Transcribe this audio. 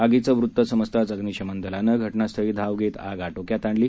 आगीची वृत समजताच अग्निशमन दलानं घटनास्थळी धाव घेत आग आटोक्यात आणली